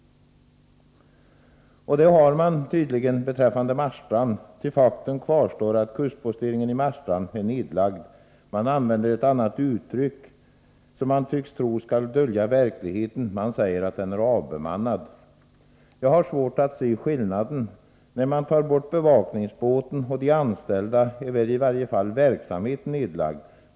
Det har man tydligen gjort béträffande Marstrand, ty faktum kvarstår att kustposteringen i Marstrand är nedlagd. Man använder ett annat uttryck, som man tycks tro skall dölja verkligheten. Man säger att den är avbemannad. Jag har svårt att se skillnaden. När man tar bort bevakningsbåten och de anställda är i varje fall verksamheten nedlagd.